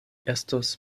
estos